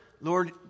Lord